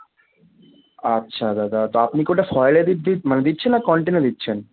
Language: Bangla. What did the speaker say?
আচ্ছা দাদা তা আপনি কি ওটা ফয়েলে মানে দিচ্ছেন না কন্টেনারে দিচ্ছেন